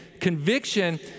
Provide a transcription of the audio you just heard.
conviction